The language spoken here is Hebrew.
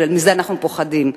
ומזה אנחנו פוחדים.